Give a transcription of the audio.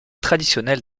traditionnels